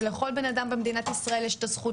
שלכל בן-אדם במדינת ישראל יש את הזכות